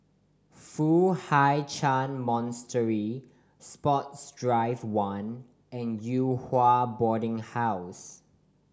Foo Hai Ch'an Monastery Sports Drive One and Yew Hua Boarding House